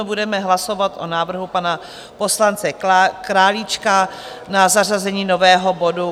Budeme hlasovat o návrhu pana poslance Králíčka na zařazení nového bodu